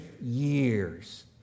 years